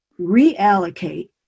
reallocate